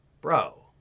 bro